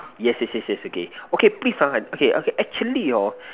yes yes yes yes okay okay please ah okay okay actually hor